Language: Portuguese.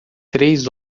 três